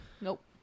Nope